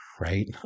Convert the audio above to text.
right